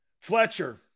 Fletcher